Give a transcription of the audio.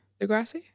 Degrassi